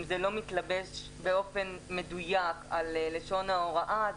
אם זה לא מתלבש באופן מדויק על לשון ההוראה אז